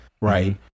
right